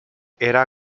era